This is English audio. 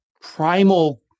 primal